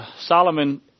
Solomon